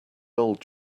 old